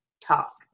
talk